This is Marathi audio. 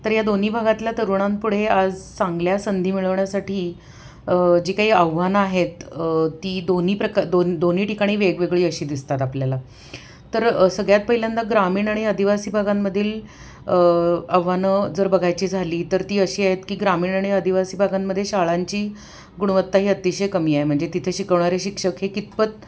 तर या दोन्ही भागातल्या तरुणांपुढे आज चांगल्या संधी मिळवण्यासाठी जी काही आव्हानं आहेत ती दोन्ही प्रकार दोन दोन्ही ठिकाणी वेगवेगळी अशी दिसतात आपल्याला तर सगळ्यात पहिल्यांदा ग्रामीण आणि आदिवासी भागांमधील आव्हानं जर बघायची झाली तर ती अशी आहेत की ग्रामीण आणि आदिवासी भागांमध्ये शाळांची गुणवत्ता ही अतिशय कमी आहे म्हणजे तिथे शिकवणारे शिक्षक हे कितपत